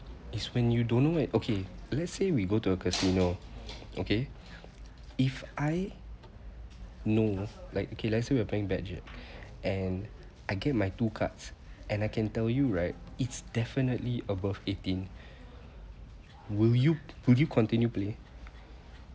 is when you don't know where okay let's say we go to a casino okay if I know like okay let's say you are playing blackjack and I get my two cards and I can tell you right it's definitely above eighteen will you will you continue play